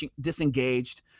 disengaged